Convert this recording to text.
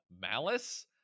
*Malice*